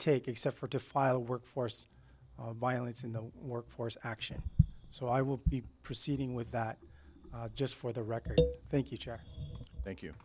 take except for defile workforce violence in the workforce action so i will be proceeding with that just for the record thank you thank you